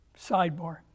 sidebar